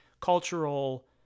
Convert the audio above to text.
cultural